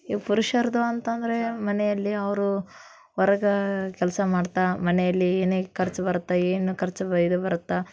ಈ ಪುರುಷರದು ಅಂತ ಅಂದ್ರೆ ಮನೆಯಲ್ಲಿ ಅವರು ಹೊರ್ಗೆ ಕೆಲಸ ಮಾಡ್ತಾ ಮನೆಯಲ್ಲಿ ಏನೇ ಖರ್ಚು ಬರುತ್ತೆ ಏನು ಖರ್ಚು ಬ ಇದು ಬರುತ್ತೆ